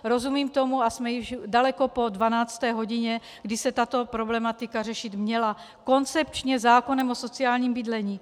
Rozumím tomu a jsme již daleko po dvanácté hodině, kdy se tato problematika měla řešit koncepčně zákonem o sociálním bydlení.